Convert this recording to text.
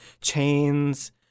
Chains